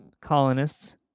colonists